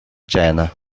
china